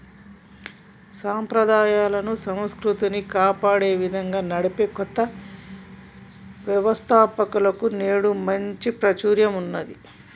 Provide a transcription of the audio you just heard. సంప్రదాయాలను, సంస్కృతిని కాపాడే విధంగా నడిపే కొత్త వ్యవస్తాపకతలకు నేడు మంచి ప్రాచుర్యం ఉన్నది